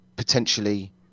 potentially